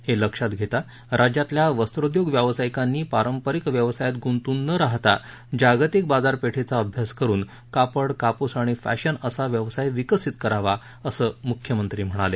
हे लक्षात घेता राज्यातल्या वस्त्रोद्योग व्यावसायिकांनी पारंपरिक व्यवसायात ग्ंतूण न राहता जागतिक बाजार पेठेचा अभ्यास करून कापड कापूस आणि फॅशन असा व्यवसाय विकसित करावा असं म्ख्यमंत्री म्हणाले